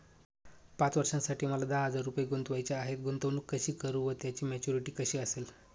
पाच वर्षांसाठी मला दहा हजार रुपये गुंतवायचे आहेत, गुंतवणूक कशी करु व त्याची मॅच्युरिटी कशी असेल?